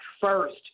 first